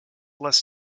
less